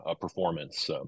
performance